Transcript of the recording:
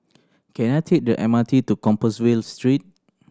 can I take the M R T to Compassvale Street